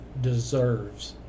deserves